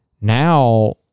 now